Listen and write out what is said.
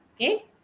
Okay